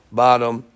bottom